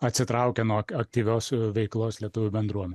atsitraukia nuo aktyvios veiklos lietuvių bendruomė